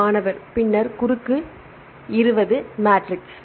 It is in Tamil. மாணவர் பின்னர் 20 குறுக்கு 20 மாட்ரிக்ஸ்